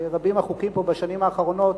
שרבים החוקים פה בשנים האחרונות,